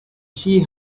she